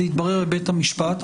זה יתברר בבית המשפט,